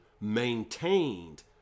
maintained